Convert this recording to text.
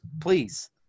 Please